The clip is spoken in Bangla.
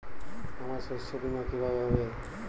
আমার শস্য বীমা কিভাবে হবে?